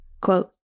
Quote